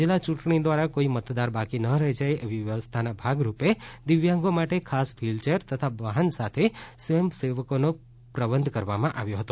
જિલ્લા ચૂંટણી દ્વારા કોઇ મતદાર બાકી ન રહી જાય એવી વ્યવસ્થાના ભાગ રૂપે દિવ્યાંગો માટે ખાસ વ્રિલચેર તથા વાહન સાથે સ્વયંસેવકોનો પ્રબંધ કરવામાં આવ્યો હતો